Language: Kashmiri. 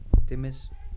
تٔمِس